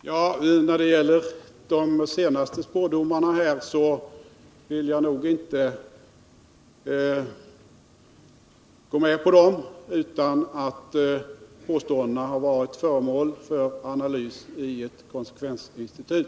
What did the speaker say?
Herr talman! De senaste spådomarna vill jag nog inte gå med på med mindre än att de har varit föremål för analys i ett konsekvensinstitut.